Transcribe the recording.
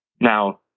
Now